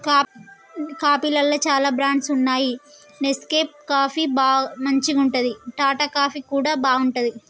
కాఫీలల్ల చాల బ్రాండ్స్ వున్నాయి నెస్కేఫ్ కాఫీ మంచిగుంటది, టాటా కాఫీ కూడా బాగుంటది